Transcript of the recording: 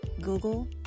Google